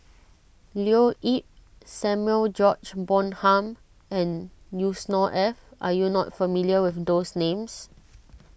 Leo Yip Samuel George Bonham and Yusnor Ef are you not familiar with those names